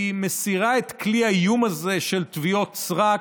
היא מסירה את כלי האיום הזה של תביעות סרק,